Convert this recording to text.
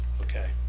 Okay